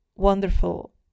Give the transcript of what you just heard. Wonderful